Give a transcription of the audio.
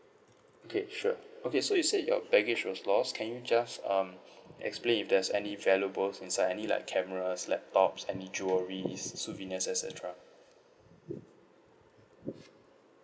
okay sure okay so you said your baggage was lost can you just um explain if there's any valuables inside any like cameras laptops any jewelleries souvenirs as et cetera